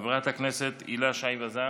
חברת הכנסת הילה שי וזאן,